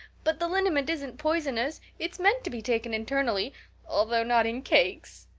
but the liniment isn't poisonous. it's meant to be taken internally although not in cakes.